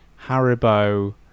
Haribo